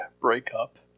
breakup